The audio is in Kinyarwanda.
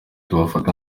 tubafata